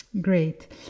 Great